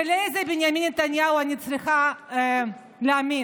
ולאיזה בנימין נתניהו אני צריכה להאמין,